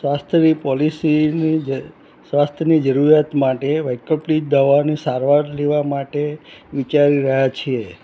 સ્વાસ્થ્યની પોલિસીનું જે સ્વાસ્થ્યની જરૂરિયાત માટે વૈકલ્પિક દવાઓની સારવાર લેવા માટે વિચારી રહ્યાં છીએ